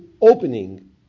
opening